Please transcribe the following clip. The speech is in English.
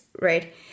right